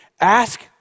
Ask